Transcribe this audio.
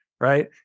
right